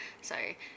sorry